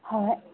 ꯍꯣꯏ